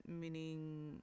meaning